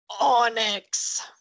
Onyx